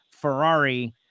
Ferrari